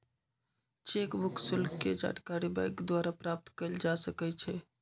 cheque book शुल्क के जानकारी बैंक द्वारा प्राप्त कयल जा सकइ छइ